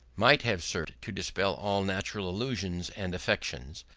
might have served to dispel all natural illusions and affections,